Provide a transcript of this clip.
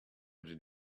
did